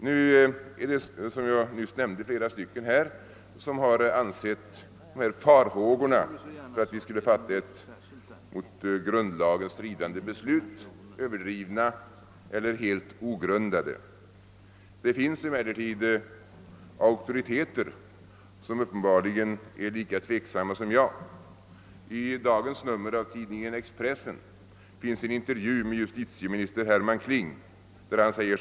Flera talare har, som jag redan nämnt, ansett farhågorna för att vi skulle fatta ett mot grundlagen stridande beslut överdrivna eller helt ogrundade. Det finns emellertid auktoriteter som uppenbarligen är lika tveksamma som jag. I dagens nummer av tidningen Expressen finns en intervju med justitieminister Herman Kling, där han bl a.